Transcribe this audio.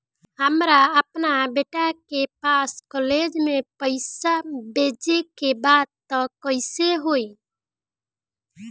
हमरा अपना बेटा के पास कॉलेज में पइसा बेजे के बा त कइसे होई?